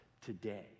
today